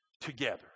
together